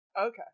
Okay